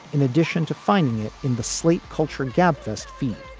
in addition to finding it in the slate culture gabfest ft.